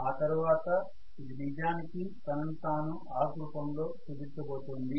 ఆ తరవాత ఇది నిజానికి తనను తాను ఆర్క్ రూపంలో చూపించబోతోంది